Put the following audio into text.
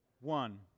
one